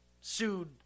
sued